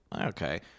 Okay